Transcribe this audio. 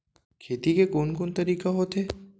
खेती के कोन कोन तरीका होथे?